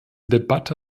debatte